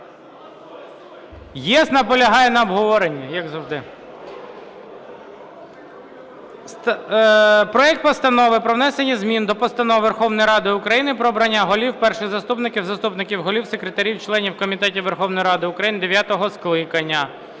наполягає на обговоренні, як завжди. Проект Постанови про внесення змін до Постанови Верховної Ради України "Про обрання голів, перших заступників, заступників голів, секретарів, членів комітетів Верховної Ради України дев'ятого скликання"